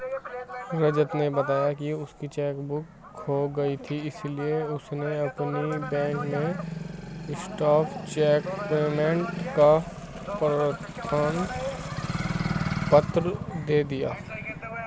रजत ने बताया की उसकी चेक बुक खो गयी थी इसीलिए उसने अपने बैंक में स्टॉप चेक पेमेंट का प्रार्थना पत्र दे दिया